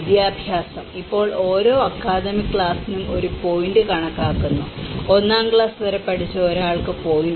വിദ്യാഭ്യാസം ഇപ്പോൾ ഓരോ അക്കാദമിക് ക്ലാസിനും ഓരോ പോയിന്റും കണക്കാക്കുന്നു ഒന്നാം ക്ലാസ് വരെ പഠിച്ച ഒരാൾക്ക് 0